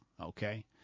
Okay